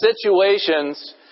situations